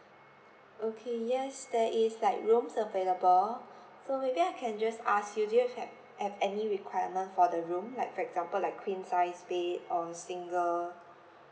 okay yes there is like rooms available so maybe I can just ask you do you have have have any requirement for the room like for example like queen sized bed or single